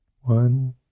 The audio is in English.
One